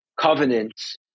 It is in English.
covenants